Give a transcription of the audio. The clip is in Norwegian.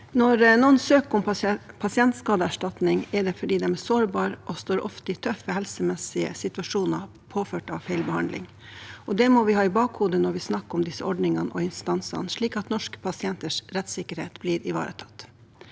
Når noen søker om pa- sientskadeerstatning, er det fordi de er sårbare, og de står ofte i tøffe helsemessige situasjoner påført av feilbehandling. Det må vi ha i bakhodet når vi snakker om disse ordningene og instansene, slik at norske pasienters rettssikkerhet blir ivaretatt.